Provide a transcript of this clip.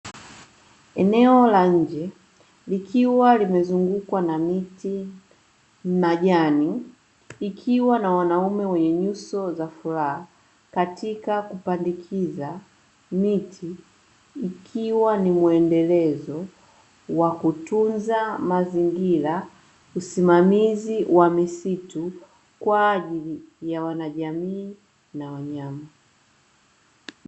Eneo la nje likiwa limezungukwa na miti, majani ikiwa na wanaume wenye nyuso za furaha katika kupandikiza miti ikiwa ni mwendelezo wa kutunza mazingira, usimamizi wa misitu kwa ajili ya wanajamii na wanyama.